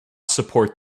support